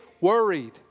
worried